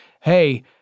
hey